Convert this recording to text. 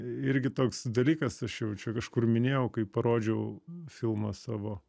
irgi toks dalykas aš jau čia kažkur minėjau kaip parodžiau filmą savo